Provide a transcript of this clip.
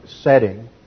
setting